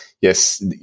yes